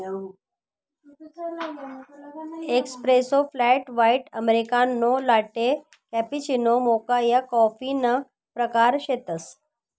espresso, flat white, americano, latte, cappuccino, mocha या कॉफीना प्रकार शेतसं